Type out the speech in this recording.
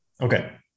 Okay